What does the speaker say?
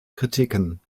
kritiken